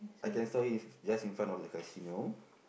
I can saw it's just in front of the casino